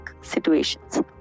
situations